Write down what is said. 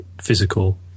physical